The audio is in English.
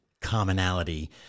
commonality